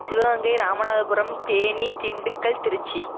Sivaganga Ramanathapuram Theni Dindigul Trichy